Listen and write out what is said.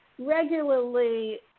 regularly